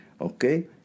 Okay